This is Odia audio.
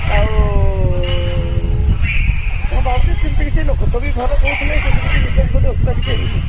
ଆଉ ହଁ ମୁଁ ଭାବୁଛି ସେମିତି କିଛି ଲୋକ ତ ବି ଭଲ କହୁଥିଲେ ସେମିତି କିଛି ବିଶେଷ ବୋଧେ ଅସୁବିଧା କିଛି ହୋଇନି